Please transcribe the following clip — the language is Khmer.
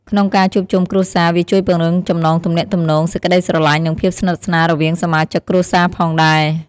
ក្នុងការជួបជុំគ្រួសារ វាជួយពង្រឹងចំណងទំនាក់ទំនង សេចក្តីស្រឡាញ់ និងភាពស្និទស្នាលរវាងសមាជិកគ្រួសារផងដែរ។